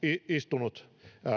istunut